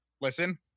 listen